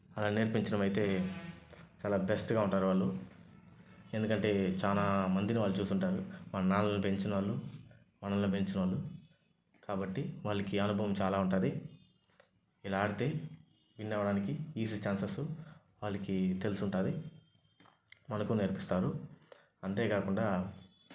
అలా నేర్పించడం అయితే చాలా బెస్ట్గా ఉంటారు వాళ్ళు ఎందుకంటే చాలా మందిని వాళ్ళు చూసుంటారు మన నాన్నల్ని పెంచిన వాళ్లు మనల్ని పెంచిన వాళ్లు కాబట్టి వాళ్లకి అనుభవం చాలా ఉంటుంది ఇలా ఆడితే విన్ అవ్వడానికి ఈజీ ఛాన్సెస్ వాళ్లకి తెలిసి ఉంటుంది మనకు నేర్పిస్తారు అంతేకాకుండా